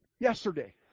Yesterday